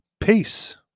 Peace